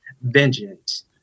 vengeance